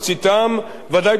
ודאי פחות משליש,